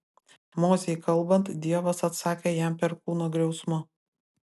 mozei kalbant dievas atsakė jam perkūno griausmu